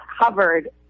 covered